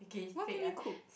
what can you cook